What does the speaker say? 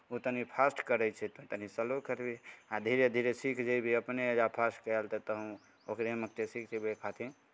ओ तनि फास्ट करै छै तू तनि सलो करबिही आ धीरे धीरे सीख जयबिही अपने आ जायत फास्ट कएल तऽ अहूँ ओकरेमे सँ सीख जयबै खातिर